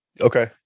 Okay